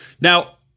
Now